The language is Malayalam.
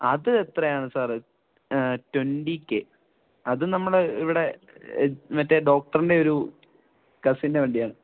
അത് എത്രയാണ് സാര് ട്വൻറ്റി കെ അത് നമ്മുടെ ഇവിടെ മറ്റേ ഡോക്ടറുടെ ഒരു കസിൻ്റെ വണ്ടിയാണ്